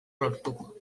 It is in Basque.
lortuko